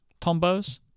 Tombos